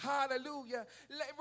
Hallelujah